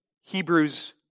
Hebrews